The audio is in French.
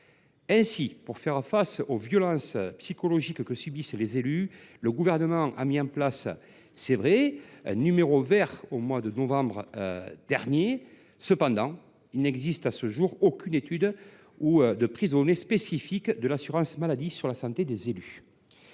Pour faire face aux violences psychologiques que subissent les élus, le Gouvernement a certes mis en place un numéro vert au mois de novembre dernier, mais il n’existe à ce jour aucune étude ou prise de données spécifiques de l’assurance maladie sur la santé des élus.